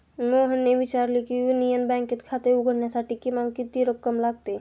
मोहनने विचारले की युनियन बँकेत खाते उघडण्यासाठी किमान किती रक्कम लागते?